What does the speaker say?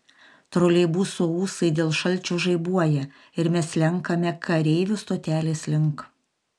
troleibuso ūsai dėl šalčio žaibuoja ir mes slenkame kareivių stotelės link